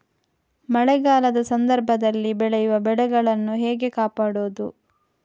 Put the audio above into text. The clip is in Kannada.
ಮಳೆಗಾಲದ ಸಂದರ್ಭದಲ್ಲಿ ಬೆಳೆಯುವ ಬೆಳೆಗಳನ್ನು ಹೇಗೆ ಕಾಪಾಡೋದು?